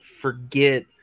forget